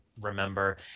Remember